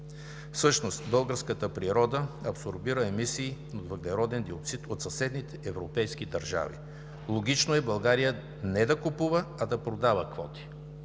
Всъщност българската природа абсорбира емисии от въглероден диоксид от съседните европейски държави. Логично е България не да купува, а да продава квоти.